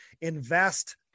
invest